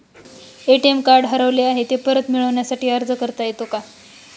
ATM card हरवले आहे, ते परत मिळण्यासाठी अर्ज करता येतो का?